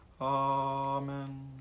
Amen